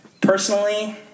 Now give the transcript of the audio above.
personally